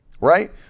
right